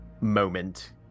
moment